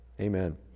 Amen